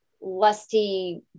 lusty